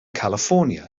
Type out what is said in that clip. california